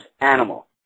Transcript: Animal